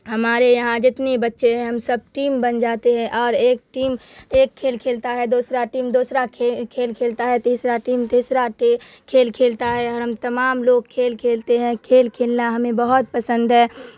ہمارے یہاں جتنی بچے ہیں ہم سب ٹیم بن جاتے ہیں اور ایک ٹیم ایک کھیل کھیلتا ہے دوسرا ٹیم دوسرا کھیل کھیلتا ہے تیسرا تیسرا کھیل کھیلتا ہے ہم تمام لوگ کھیل کھیلتے ہیں کھیل کھیلنا ہمیں بہت پسند ہے